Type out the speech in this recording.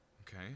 Okay